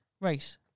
right